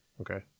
Okay